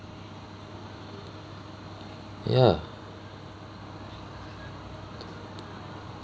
ya